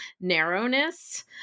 narrowness